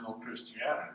Christianity